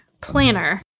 planner